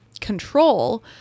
control